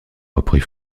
reprit